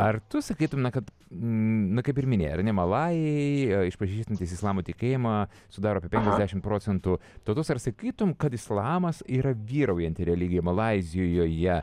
ar tu sakytumei kad nu kaip ir minėjai ar ne malajai išpažįstantys islamo tikėjimą sudaro apie penkiasdešimt procentų tautos ar sakytum kad islamas yra vyraujanti religija malaizijoje